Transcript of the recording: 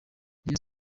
rayon